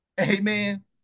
Amen